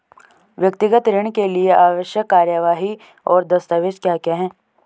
व्यक्तिगत ऋण के लिए आवश्यक कार्यवाही और दस्तावेज़ क्या क्या हैं?